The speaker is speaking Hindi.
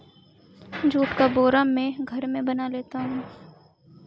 जुट का बोरा मैं घर में बना लेता हूं